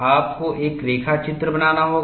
आपको एक रेखा चित्र बनाना होगा